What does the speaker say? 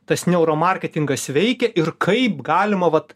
tas neuromarketingas veikia ir kaip galima vat